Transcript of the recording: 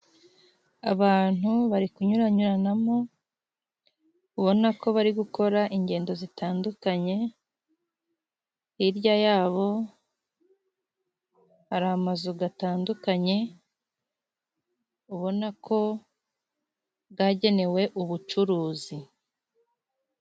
Abantu bari kunyuranyuranamo, ubona ko bari gukora ingendo zitandukanye, hirya yabo, hari amazu gatandukanye ubona ko gagenewe ubucuruzi.